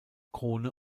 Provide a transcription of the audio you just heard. krone